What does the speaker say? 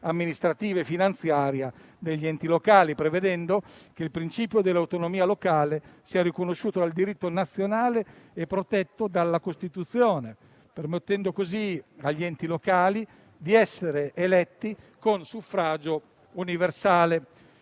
amministrativa e finanziaria degli enti locali, prevedendo che il principio dell'autonomia locale sia riconosciuto dal diritto nazionale e protetto dalla Costituzione, permettendo così agli enti locali di essere eletti con suffragio universale.